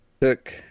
took